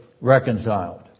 reconciled